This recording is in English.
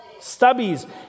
Stubbies